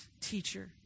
Teacher